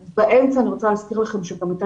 באמצע אני רוצה להזכיר לכם שגם הייתה